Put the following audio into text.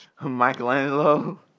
Michelangelo